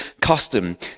custom